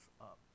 up